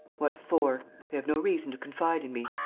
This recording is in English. what for? they have no reason to confide in me.